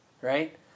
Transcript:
right